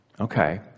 Okay